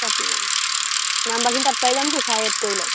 পাতি ল'ম নাম্বাৰখিনি তাত পাই যামতো ছাৰে এড কৰিলে